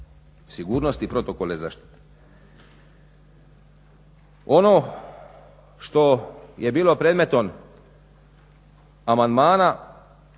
sigurnosti protokola i zaštite. Ono što je bilo predmetom amandmana